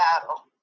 battle